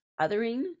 othering